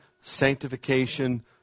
sanctification